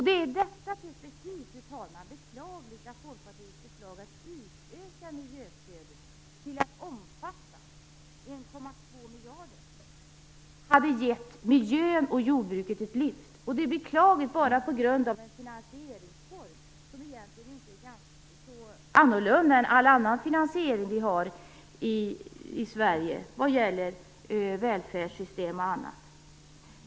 Det är i detta perspektiv beklagligt, fru talman, att Folkpartiets förslag att utöka miljöstödet till att omfatta 1,2 miljarder, vilket hade gett miljön och jordbruket ett lyft, inte vunnit gehör bara på grund av en finansieringsform som egentligen inte är så olik all annan finansiering som vi har i Sverige vad gäller välfärdssystem och annat.